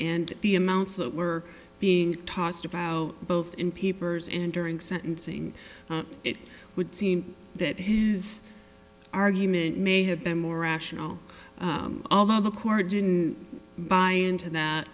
and the amounts that were being tossed about both in peepers enduring sentencing it would seem that his argument may have been more rational although the court didn't buy into